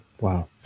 Wow